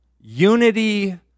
Unity